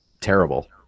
terrible